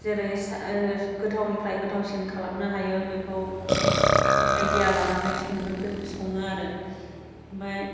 जेरै गोथावनिफ्राय गोथावसिन खालामनो हायो बेखौ आइडिया लानानै संनो सङो आरो ओमफाय